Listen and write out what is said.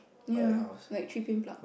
ya like three pin plug